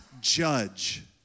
judge